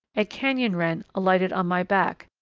a canyon wren alighted on my back,